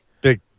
Big